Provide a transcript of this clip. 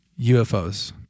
UFOs